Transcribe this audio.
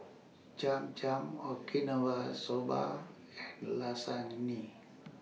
Cham Cham Okinawa Soba and Lasagne